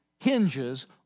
hinges